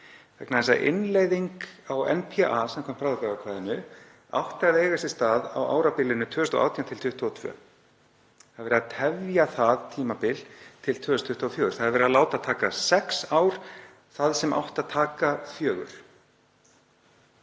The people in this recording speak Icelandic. vegna þess að innleiðing á NPA samkvæmt bráðabirgðaákvæðinu átti að eiga sér stað á árabilinu 2018–2022. Það er verið að tefja það tímabil til 2024. Það er verið að láta það taka sex ár sem átti að taka